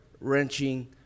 wrenching